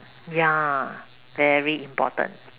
ya very important